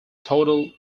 total